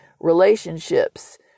relationships